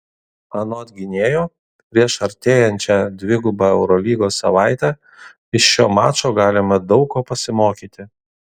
anot gynėjo prieš artėjančią dvigubą eurolygos savaitę iš šio mačo galima daug ko pasimokyti